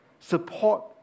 Support